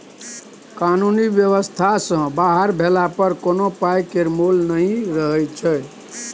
कानुनी बेबस्था सँ बाहर भेला पर कोनो पाइ केर मोल नहि रहय छै